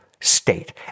state